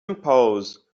impose